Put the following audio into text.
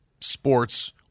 sports